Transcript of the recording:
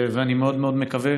ואני מאוד מאוד מקווה